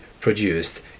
produced